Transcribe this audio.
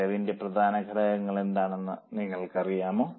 ചെലവിന്റെ പ്രധാന ഘടകങ്ങൾ എന്താണെന്ന് നിങ്ങൾക്കറിയാമോ